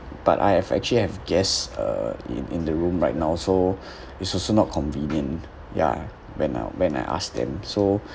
but I have actually have guests uh in in the room right now so it's also not convenient ya when I when I ask them so